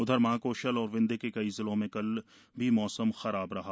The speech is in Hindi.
उधर महाकोशल और विंध्य के कई जिलों में कल भी मौसम खराब रहा